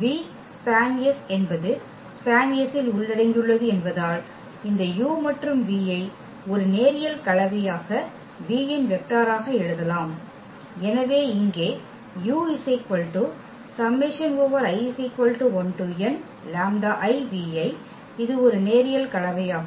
v SPAN என்பது SPAN ல் உள்ளடங்கியுள்ளது என்பதால் இந்த u மற்றும் v ஐ ஒரு நேரியல் கலவையாக v இன் வெக்டர் ஆக எழுதலாம் எனவே இங்கே இது ஒரு நேரியல் கலவையாகும்